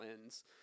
lens